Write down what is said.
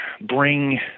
bring